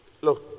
Look